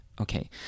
okay